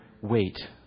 wait